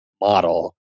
model